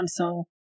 Samsung